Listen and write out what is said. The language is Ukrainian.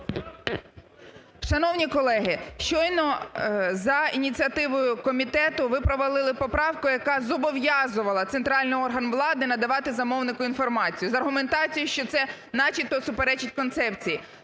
Шановні колеги! Щойно за ініціативою комітету ви провалили поправку, яка зобов'язувала центральний орган влади надавати замовнику інформацію з аргументацією, що це начебто суперечить концепції.